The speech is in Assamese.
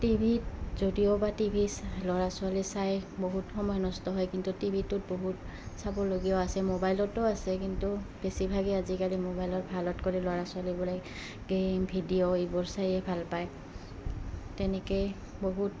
টিভি ত যদিও বা টিভি ল'ৰা ছোৱালী চাই বহুত সময় নষ্ট হয় কিন্তু টিভি টোত বহুত চাবলগীয়াও আছে মোবাইলতো আছে কিন্তু বেছিভাগে আজিকালি মোবাইলৰ ভালত গ'লে ল'ৰা ছোৱালীবো গে'ম ভিডিঅ' এইবোৰ চায়েই ভাল পায় তেনেকেই বহুত